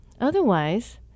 Otherwise